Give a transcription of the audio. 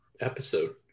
episode